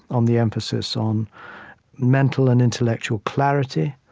on the emphasis on mental and intellectual clarity.